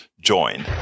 join